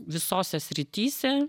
visose srityse